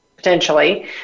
Potentially